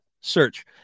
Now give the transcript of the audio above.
search